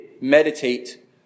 meditate